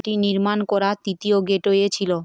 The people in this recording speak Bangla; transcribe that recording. এটি নির্মাণ করা তিতীয় গেটওয়ে ছিল